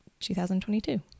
2022